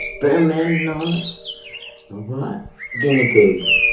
experimenting on us or what guinea pigs